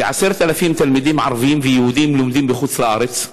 10,000 תלמידים ערבים ויהודים לומדים בחוץ-לארץ,